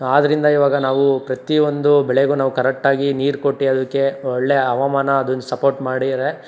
ಆದ್ದರಿಂದ ಇವಾಗ ನಾವು ಪ್ರತಿಯೊಂದು ಬೆಳೆಗೂ ನಾವು ಕರೆಟ್ಟಾಗಿ ನೀರು ಕೊಟ್ಟು ಅದಕ್ಕೆ ಒಳ್ಳೆಯ ಹವಾಮಾನ ಅದನ್ನು ಸಪೋರ್ಟ್ ಮಾಡಿದರೆ